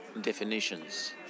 definitions